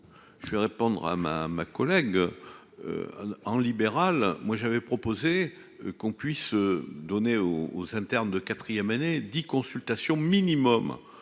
Je vais répondre à ma ma collègue en libéral, moi j'avais proposé qu'on puisse donner au aux internes de quatrième année dit. Consultation minimum